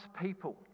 people